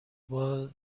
باز